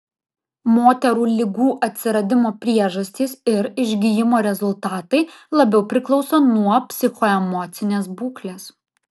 moterų ligų atsiradimo priežastys ir išgijimo rezultatai labiau priklauso nuo psichoemocinės būklės